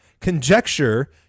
Conjecture